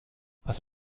was